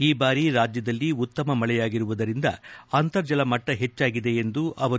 ಈ ಬಾರಿ ರಾಜ್ಯದಲ್ಲಿ ಉತ್ತಮ ಮಳೆಯಾಗಿರುವುದರಿಂದ ಅಂತರಜಲ ಮಟ್ಟ ಹೆಚ್ಚಾಗಿದೆ ಎಂದರು